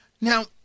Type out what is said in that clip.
Now